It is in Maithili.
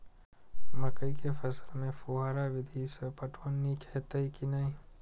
मकई के फसल में फुहारा विधि स पटवन नीक हेतै की नै?